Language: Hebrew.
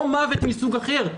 או מוות מסוג אחר,